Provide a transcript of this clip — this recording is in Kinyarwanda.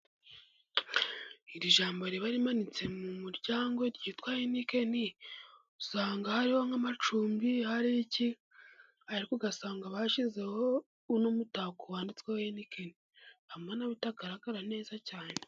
Iri jambo riba rimanitse mu muryango ryitwa heinekeen, usanga hariho nk'amacumbi hari iki; ariko ugasanga bashyizeaho uno mutako wanditsweho heinekeen harimo naho utagaragara neza cyane.